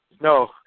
No